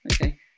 Okay